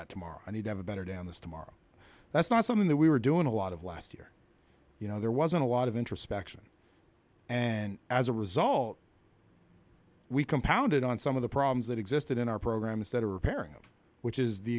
at tomorrow and have a better down this tomorrow that's not something that we were doing a lot of last year you know there wasn't a lot of introspection and as a result we compounded on some of the problems that existed in our program instead of repairing it which is the